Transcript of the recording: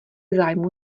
zájmu